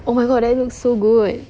oh my god that looks so good